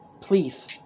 please